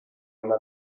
una